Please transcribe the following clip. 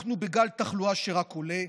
אנחנו בגל שבו התחלואה שרק עולה.